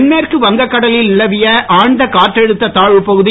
தென் மேற்கு வங்கக் கடலில் நிலவிய ஆழ்ந்த காற்றழுத்த தாழ்வுப் பகுதி